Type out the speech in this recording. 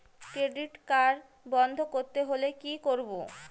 Credit card বন্ধ করতে হলে কি করব?